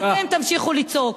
ואתם תמשיכו לצעוק.